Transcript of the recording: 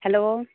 hello